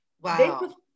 Wow